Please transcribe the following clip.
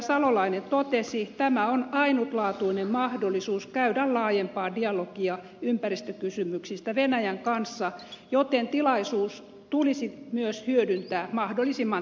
salolainen totesi tämä on ainutlaatuinen mahdollisuus käydä laajempaa dialogia ympäristökysymyksistä venäjän kanssa joten tilaisuus tulisi myös hyödyntää mahdollisimman tehokkaasti